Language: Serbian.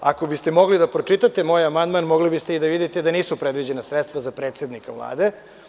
Ako biste mogli da pročitate moj amandman, mogli biste i da vidite da nisu predviđena sredstva za predsednika Vlade.